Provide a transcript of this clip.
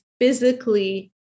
physically